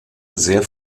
sehr